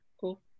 Cool